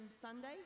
Sunday